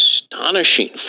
astonishing